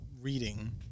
reading